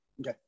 Okay